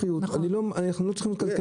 אז הם היו צריכים להישאר באותה מידת רווחיות.